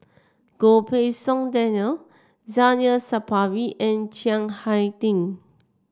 Goh Pei Siong Daniel Zainal Sapari and Chiang Hai Ding